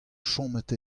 chomet